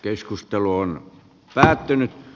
keskustelu on päättynyt